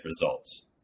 results